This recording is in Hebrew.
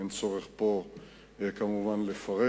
אין צורך כמובן לפרט